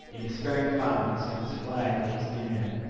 a despairing fondness for this flag which was near him.